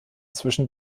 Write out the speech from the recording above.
zwischen